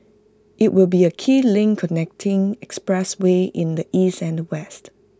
IT will be A key link connecting expressways in the east and the west